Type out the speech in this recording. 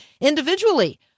individually